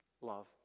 love